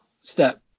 step